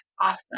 awesome